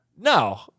No